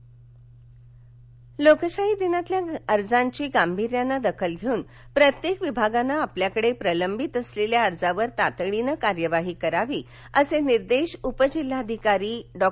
लोकशाही लोकशाही दिनातल्या अर्जांची गांभिर्यानं दखल घेऊन प्रत्येक विभागानं आपल्याकडे प्रलंबित असलेल्या अर्जांवर तातडीनं कार्यवाही करावी असे निर्देश उपजिल्हाधिकारी डॉ